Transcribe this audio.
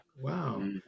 Wow